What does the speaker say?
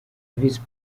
visi